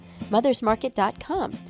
mothersmarket.com